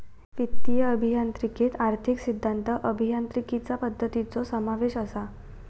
वित्तीय अभियांत्रिकीत आर्थिक सिद्धांत, अभियांत्रिकीचा पद्धतींचो समावेश असा